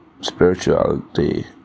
spirituality